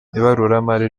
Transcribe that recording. ibaruramari